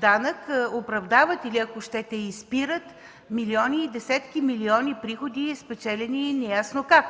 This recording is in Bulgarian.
данък оправдават, или ако щете изпират милиони и десетки милиони приходи, спечелени неясно как.